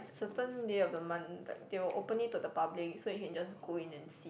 certain day of the month like they will open it to the public so you can just go in and see